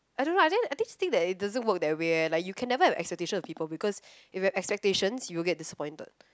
I don't know I think I just think that it doesn't work that way eh like you can never have expectations of people because if you have expectations you will get disappointed